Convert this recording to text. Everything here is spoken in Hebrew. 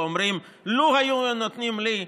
ואומרים: לו היו נותנים לי,